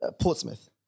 Portsmouth